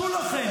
תתביישו לכם.